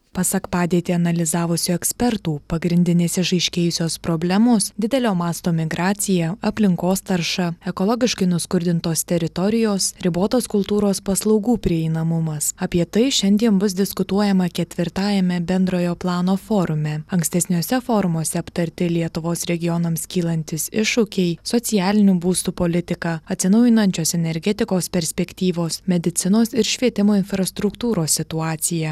pasak padėtį analizavusių ekspertų pagrindinės išaiškėjusios problemos didelio masto migracija aplinkos tarša ekologiškai nuskurdintos teritorijos ribotas kultūros paslaugų prieinamumas apie tai šiandien bus diskutuojama ketvirtajame bendrojo plano forume ankstesniuose forumuose aptarti lietuvos regionams kylantys iššūkiai socialinių būstų politika atsinaujinančios energetikos perspektyvos medicinos ir švietimo infrastruktūros situacija